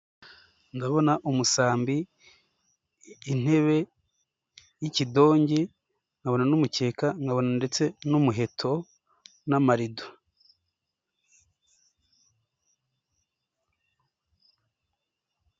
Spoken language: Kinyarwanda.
Ndabona umusambi, intebe y'ikidongi nkabona n'umukeka nkabona ndetse n'umuheto n'amarido.